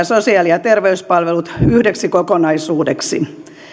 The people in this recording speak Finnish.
sosiaali ja terveyspalvelut yhdeksi kokonaisuudeksi